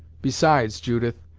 besides, judith,